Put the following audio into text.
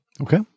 Okay